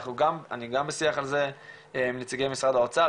אני גם בשיח על זה עם נציגי משרד האוצר,